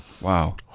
Wow